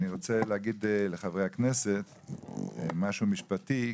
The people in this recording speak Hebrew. אני רוצה להגיד לחברי הכנסת משהו משפטי.